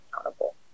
accountable